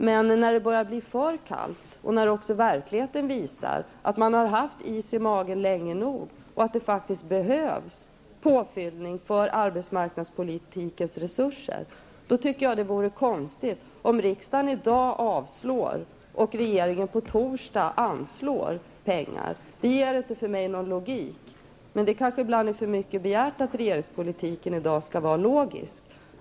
Men när det börjar bli för kallt och när också verkligheten visar att man har haft is i magen länge nog och att det faktiskt behövs påfyllning av arbetsmarknadspolitikens resurser, tycker jag att det vore konstigt om riksdagen i dag skulle avslå våra förslag och regeringen på torsdag skulle anslå pengar. För mig är det ingen logik. Men det kanske är för mycket begärt att regeringspolitiken i dag skall vara logisk.